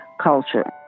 culture